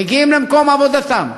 מגיעים למקום עבודתם,